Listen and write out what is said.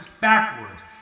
backwards